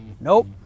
Nope